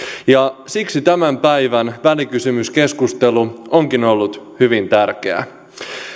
ja siksi tämän päivän välikysymyskeskustelu onkin ollut hyvin tärkeää